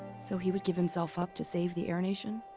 so he would give himself up to save the air nation?